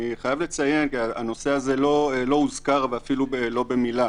אני חייב לציין, כי הנושא לא הוזכר ולו במילה